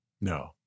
No